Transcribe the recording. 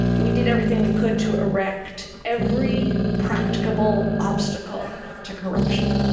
we did everything we could to erect every practicable obstacle to corruption.